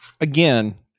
again